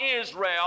Israel